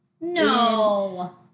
No